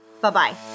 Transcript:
Bye-bye